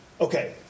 okay